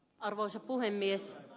arvoisa puhemies